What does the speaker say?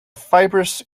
fibrous